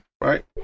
Right